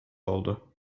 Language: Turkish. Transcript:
oldu